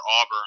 Auburn